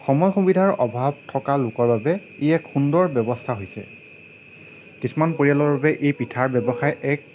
সময়ৰ সুবিধাৰ অভাৱ থকা লোকৰ বাবে ই এক সুন্দৰ ব্যৱস্থা হৈছে কিছুমান পৰিয়ালৰ বাবে এই পিঠাৰ ব্যৱসায় এক